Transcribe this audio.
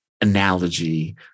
analogy